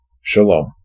Shalom